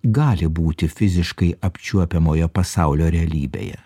gali būti fiziškai apčiuopiamojo pasaulio realybėje